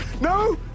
No